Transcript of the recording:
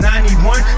91